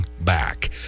back